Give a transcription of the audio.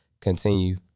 continue